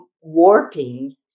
warping